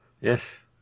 yes